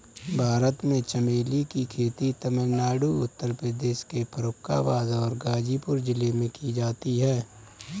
भारत में चमेली की खेती तमिलनाडु उत्तर प्रदेश के फर्रुखाबाद और गाजीपुर जिलों में की जाती है